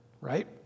right